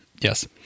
Yes